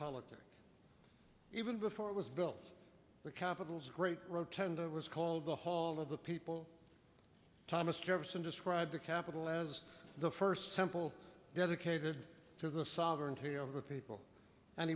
politic even before it was built the capital's great rotunda it was called the hall of the people thomas jefferson described the capitol as the first temple dedicated to the sovereignty of the people and